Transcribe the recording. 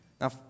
now